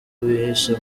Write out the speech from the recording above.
bihishe